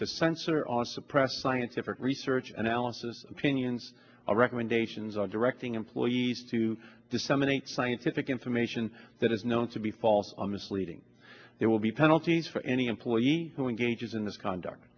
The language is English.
to censor oss oppressed scientific research analysis opinions or recommendations are directing employees to disseminate scientific information that is known to be false or misleading there will be penalties for any employee who engages in this conduct